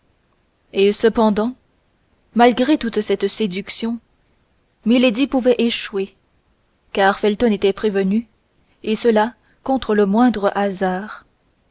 et cependant malgré toute cette séduction milady pouvait échouer car felton était prévenu et cela contre le moindre hasard